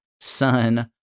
son